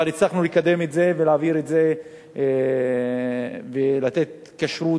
אבל הצלחנו לקדם את זה ולהעביר את זה ולתת כשרות